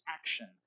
action